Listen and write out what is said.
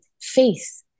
faith